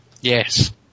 Yes